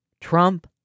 Trump